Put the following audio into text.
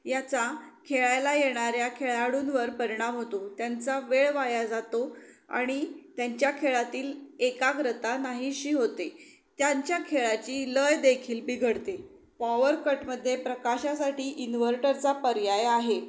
याचा खेळायला येणाऱ्या खेळाडूंवर परिणाम होतो त्यांचा वेळ वाया जातो आणि त्यांच्या खेळातील एकाग्रता नाहीशी होते त्यांच्या खेळाची लय देखील बिघडते पॉवर कटमध्ये प्रकाशासाठी इन्व्हर्टरचा पर्याय आहे